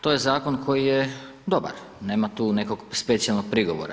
To je Zakon koji je dobar, nema tu nekog specijalnog prigovora.